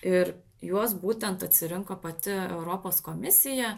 ir juos būtent atsirinko pati europos komisija